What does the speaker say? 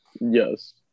yes